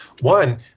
One